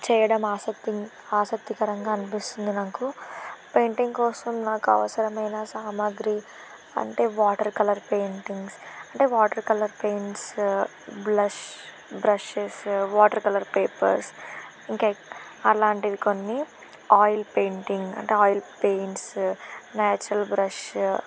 చేయడం ఆసక్తి ఆసక్తికరంగా అనిపిస్తుంది నాకు పెయింటింగ్ కోసం నాకు అవసరమైన సామాగ్రి అంటే వాటర్ కలర్ పెయింటింగ్స్ అంటే water colour paints blush brushes water colour papers ఇంకా అలాంటివి కొన్ని ఆయిల్ పెయింటింగ్ అంటే ఆయిల్ పెయింట్స్ న్యాచురల్ బ్రష్